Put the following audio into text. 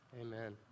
Amen